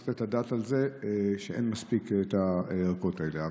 וצריך לתת את הדעת על זה שאין מספיק מהערכות האלה.